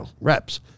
reps